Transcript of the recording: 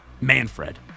Manfred